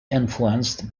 influenced